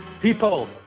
people